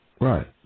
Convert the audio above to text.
Right